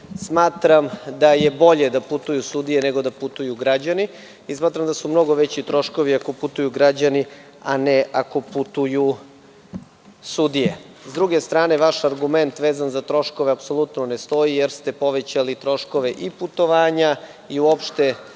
Smatram da je bolje da putuju sudije a ne građani, jer su mnogo veći troškovi ako putuju građani, a ne ako putuju sudije. Sa druge strane, vaš argument vezan za troškove apsolutno ne stoji, jer ste povećali troškove i putovanja i troškove